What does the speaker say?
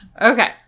Okay